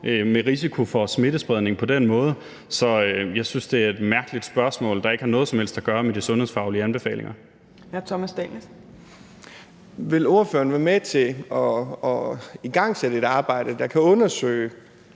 med risiko for smittespredning på den måde. Så jeg synes, det er et mærkeligt spørgsmål, der ikke har noget som helst at gøre med de sundhedsfaglige anbefalinger. Kl. 16:14 Fjerde næstformand (Trine